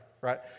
right